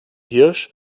hirsch